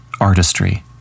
artistry